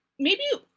maybe,